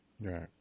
Right